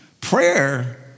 Prayer